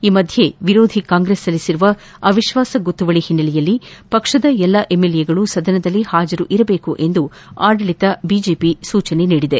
ಈ ಮಧ್ನೆ ವಿರೋಧಿ ಕಾಂಗ್ರೆಸ್ ಸಲ್ಲಿಸಿರುವ ಅವಿಶ್ವಾಸ ಗೊತ್ತುವಳಿ ಹಿನ್ನೆಲೆಯಲ್ಲಿ ಪಕ್ಷದ ಎಲ್ಲಾ ಎಂಎಲ್ಎಗಳು ಸದನದಲ್ಲಿ ಹಾಜರಿರಬೇಕೆಂದು ಆಡಳಿತ ಬಿಜೆಪಿ ಸೂಚಿಸಿದೆ